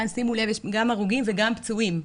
שימו לב כאן יש גם הרוגים וגם פצועים,